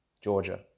Georgia